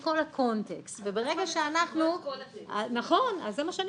ברגע שאנחנו --- אז צריך --- נכון,